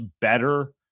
better